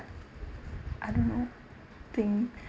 I don't know think